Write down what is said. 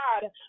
God